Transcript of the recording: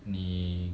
你